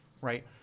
right